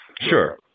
Sure